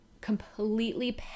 completely